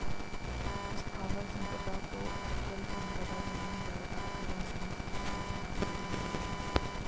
स्थावर संपदा को अचल संपदा, जमीन जायजाद, या भू संपदा के नाम से भी जानते हैं